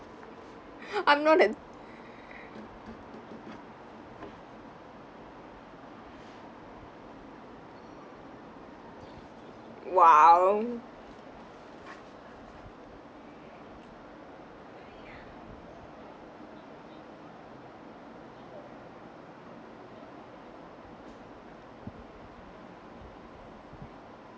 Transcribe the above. I'm not an !wow!